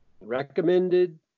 recommended